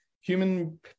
human